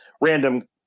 random